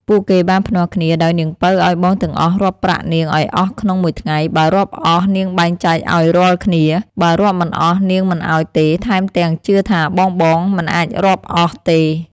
ពួកគេបានភ្នាល់គ្នាដោយនាងពៅឲ្យបងទាំងអស់រាប់ប្រាក់នាងឲ្យអស់ក្នុងមួយថ្ងៃបើរាប់អស់នាងបែងចែកឲ្យរាល់គ្នា បើរាប់មិនអស់នាងមិនឲ្យទេថែមទាំងជឿថាបងៗមិនអាចរាប់អស់ទេ។